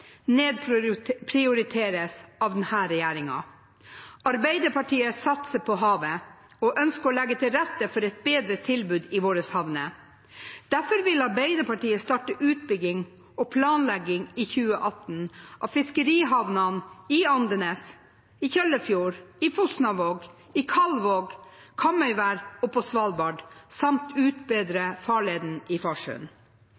er, nedprioriteres av denne regjeringen. Arbeiderpartiet satser på havet og ønsker å legge til rette for et bedre tilbud i våre havner. Derfor vil Arbeiderpartiet i 2018 starte utbygging og planlegging av fiskerihavnene i Andenes, Kjøllefjord, Fosnavåg, Kalvåg, Kamøyvær og på Svalbard, samt